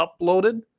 uploaded